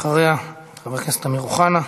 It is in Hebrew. אחריה, חבר הכנסת אמיר אוחנה.